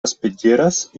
espitlleres